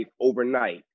overnight